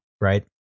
right